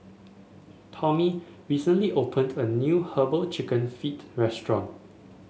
Tomie recently opened a new herbal chicken feet restaurant